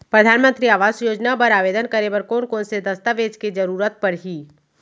परधानमंतरी आवास योजना बर आवेदन करे बर कोन कोन से दस्तावेज के जरूरत परही?